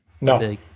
No